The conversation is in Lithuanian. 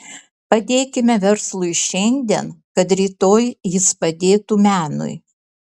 padėkime verslui šiandien kad rytoj jis padėtų menui